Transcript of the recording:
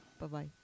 Bye-bye